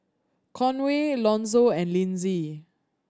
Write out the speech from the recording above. Conway Lonzo and Lynsey